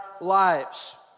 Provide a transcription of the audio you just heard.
lives